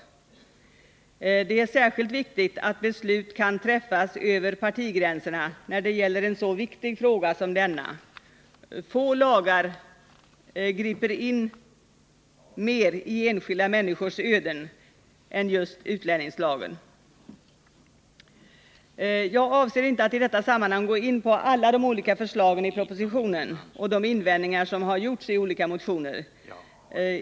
Det är särskilt viktigt att beslut kan träffas över partigränserna när det gäller en så viktig fråga som denna. Få lagar griper in mer i enskilda människors öden än just utlänningslagen. Jag avser inte att i detta sammanhang gå in på alla de olika förslagen i propositionen och de invändningar som har gjorts i olika motioner.